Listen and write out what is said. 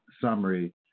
summary